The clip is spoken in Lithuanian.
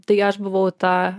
tai aš buvau ta